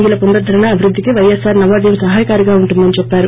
ఇ ల పునరుద్దరణ అభివృద్దికి వై ఎస్సార్ నవోదయం సహాయకారిగా ఉంటుందని చెప్పారు